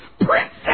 Princess